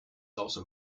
also